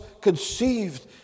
conceived